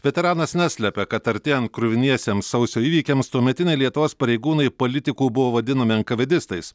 veteranas neslepia kad artėjant kruviniesiems sausio įvykiams tuometiniai lietuvos pareigūnai politikų buvo vadinami enkavėdistais